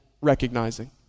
recognizing